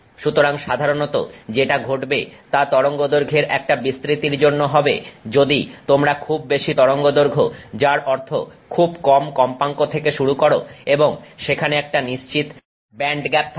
সুতরাং সাধারণত যেটা ঘটবে তা তরঙ্গদৈর্ঘ্যের একটা বিস্তৃতির জন্য হবে যদি তোমরা খুব বেশি তরঙ্গদৈর্ঘ্য যার অর্থ খুব কম কম্পাঙ্ক থেকে শুরু করো এবং সেখানে একটা নিশ্চিত ব্যান্ডগ্যাপ থাকে